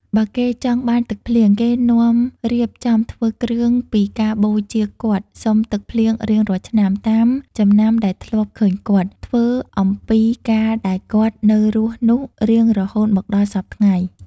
បើគេចង់ បានទឹកភ្លៀង គេនាំរៀបចំធ្វើគ្រឿងពីការបូជាគាត់សុំទឹកភ្លៀងរៀងរាល់ឆ្នាំ តាមចំណាំដែលធ្លាប់ឃើញគាត់ ធ្វើអំពីកាលដែលគាត់នៅរស់នោះរៀងរហូតមកដល់សព្វថ្ងៃ ។